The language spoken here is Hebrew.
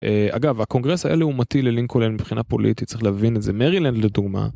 אגב הקונגרס היה לאומתי ללינקולן מבחינה פוליטית צריך להבין את זה, מרילנד לדוגמה.